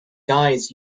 guys